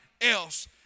else